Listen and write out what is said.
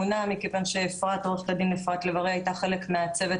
מכיוון שעו"ד אפרת לב ארי הייתה חלק מהצוות